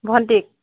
ভণ্টীক